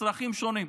צרכים שונים.